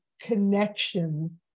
connection